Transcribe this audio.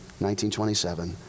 1927